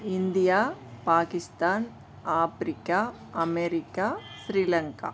India Pakistan Africa America Sri Lanka